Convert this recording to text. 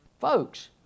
Folks